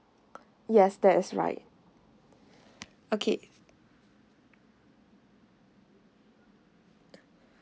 yes that is right okay